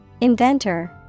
Inventor